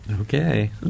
Okay